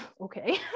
okay